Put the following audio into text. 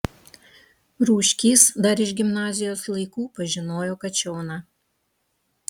rūškys dar iš gimnazijos laikų pažinojo kačioną